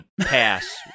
pass